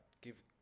give